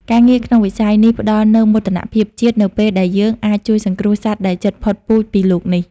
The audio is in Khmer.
ការងារក្នុងវិស័យនេះផ្តល់នូវមោទនភាពជាតិ នៅពេលដែលយើងអាចជួយសង្គ្រោះសត្វដែលជិតផុតពូជពីលោកនេះ។